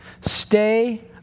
stay